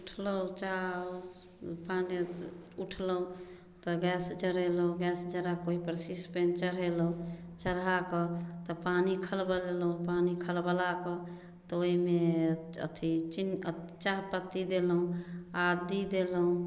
उठलहुँ चाह आ उठलहुँ तऽ गैस जरेलहुँ गैस जराकऽ ओहिपर ससपेन चढ़ेलहुँ चढ़ाकऽ तऽ पानी खलबलेलहुँ पानी खलबलाकऽ तऽ ओहिमे अथी चिन्न अथी चाहपत्ती देलहुँ आदी देलहुँ